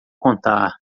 contar